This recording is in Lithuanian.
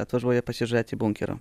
atvažiuoja pasižiūrėti bunkerio